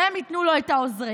שהם ייתנו לו את העוזרים.